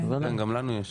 כן גם לנו יש.